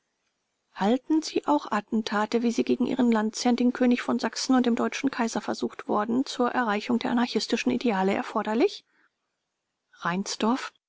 halten sie auch attentate wie sie gegen ihren landesherrn den könig von sachsen und den deutschen kaiser versucht worden zur erreichung der anarchistischen ideale erforderlich